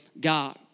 god